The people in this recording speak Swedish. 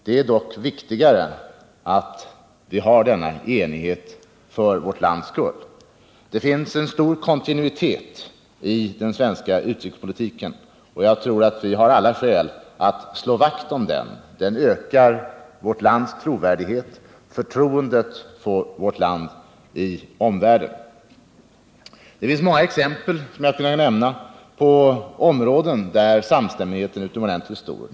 Det är dock viktigare för vårt lands skull att vi har denna enighet. Det finns en stor kontinuitet i den svenska utrikespolitiken, och jag tror att vi har alla skäl att slå vakt om den. Den ökar förtroendet för vårt land i omvärlden. Det finns många exempel på områden där samstämmigheten är utomordentligt stor.